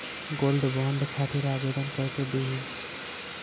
Gold bond खातिर आवेदन कैसे दिही?